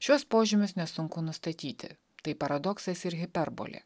šiuos požymius nesunku nustatyti tai paradoksas ir hiperbolė